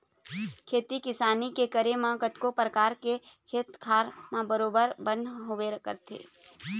खेती किसानी के करे म कतको परकार के खेत खार म बरोबर बन होबे करथे